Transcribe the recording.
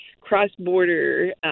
cross-border